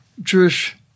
Jewish